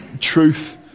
truth